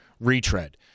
retread